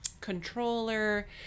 controller